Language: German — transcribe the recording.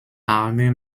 army